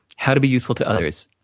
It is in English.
how to be useful to others.